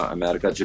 America